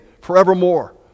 forevermore